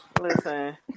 Listen